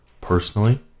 personally